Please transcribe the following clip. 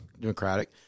Democratic